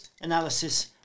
analysis